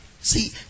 See